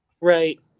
Right